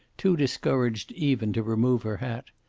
too discouraged even to remove her hat.